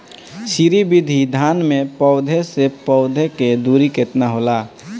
श्री विधि धान में पौधे से पौधे के दुरी केतना होला?